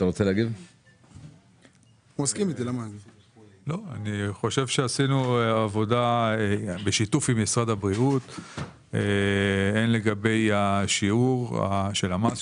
אני חושב שעשינו עבודה בשיתוף עם משרד הבריאות לגבי השיעור של המס.